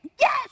Yes